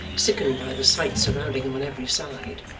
sickened by the sights surrounding him on every side,